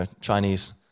Chinese